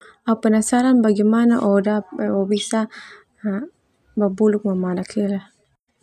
Au penasaran bagaimana oh da- oh bisa babuluk mamanak ia lah.